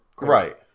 Right